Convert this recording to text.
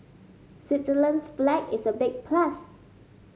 Switzerland's flag is a big plus